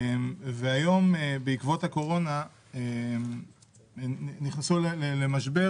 היום בעקבות הקורונה נכנסו למשבר,